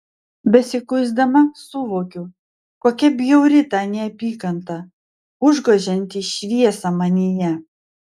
besikuisdama suvokiu kokia bjauri ta neapykanta užgožianti šviesą manyje